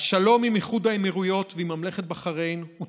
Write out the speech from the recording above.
השלום עם איחוד האמירויות ועם ממלכת בחריין הוא